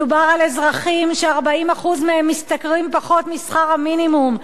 מדובר על אזרחים ש-40% מהם משתכרים פחות משכר המינימום,